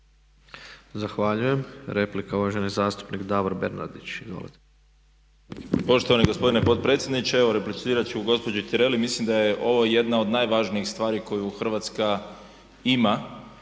Zahvaljujem. Replika, uvaženi zastupnik Davor Bernardić.